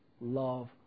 love